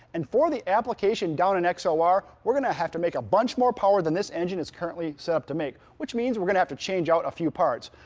and for the application down in x o r we're gonna have to make a bunch more power than this engine is currently setup to make, which means we're gonna have to change out a few parts.